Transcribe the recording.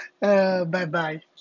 Bye-bye